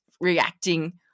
reacting